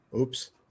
Oops